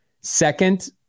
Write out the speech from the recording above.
Second